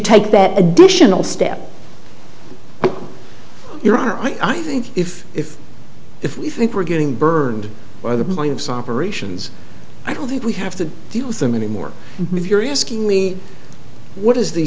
take that additional step your honor i think if if if we think we're getting burned by the plaintiffs operations i don't think we have to deal with them anymore if you're asking me what is the